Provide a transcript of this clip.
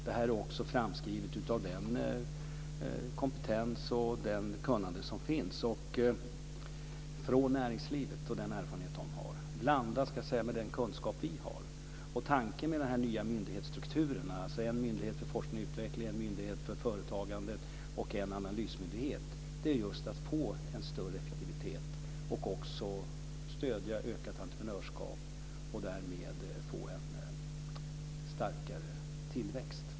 Det är också framskrivet av den kompetens och det kunnande som finns i näringslivet blandad med den kunskap vi har. Tanken med den nya myndighetsstrukturen, dvs. en myndighet för forskning och utveckling, en myndighet för företagande och en analysmyndighet, är att få en större effektivitet och också stödja ökat entreprenörskap och därmed få en starkare tillväxt.